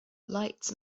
light